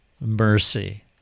mercy